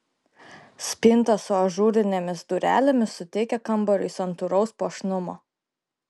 spinta su ažūrinėmis durelėmis suteikia kambariui santūraus puošnumo